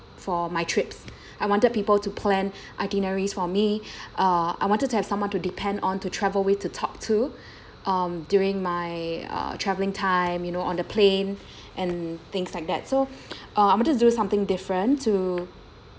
for my trips I wanted people to plan itineraries for me uh I wanted to have someone to depend on to travel with to talk to um during my uh travelling time you know on the plane and things like that so uh I wanted to do something different to